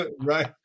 Right